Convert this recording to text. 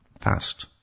fast